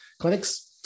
clinics